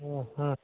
ம் ம்